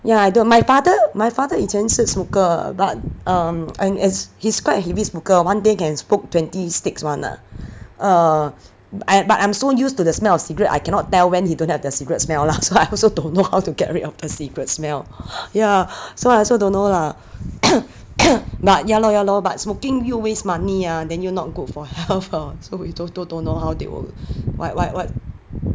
ya I don't my father my father 以前是 smoker but um and he's he's quite a heavy smoker one day can smoke twenty sticks [one] ah err but I but I'm so used to the smell cigarette I cannot tell when he don't have the cigarette smell lah so I also don't know how to get rid of the cigarette smell ya so I also don't know lah but ya lor ya lor but smoking 又 waste money ah then 又 not good for health uh so we do~ don't know how they wha~ wha~ wha~